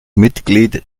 mitglied